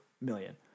million